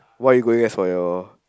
what are you going as for your